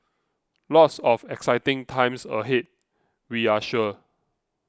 lots of exciting times ahead we are sure